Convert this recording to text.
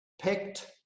picked